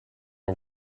een